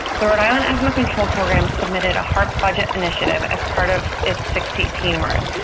the rhode island asthma control program submitted a harp budget initiative as part of its six eighteen work,